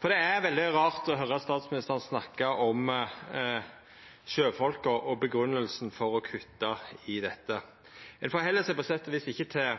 for å kutta i dette. Ein held seg på sett og vis ikkje til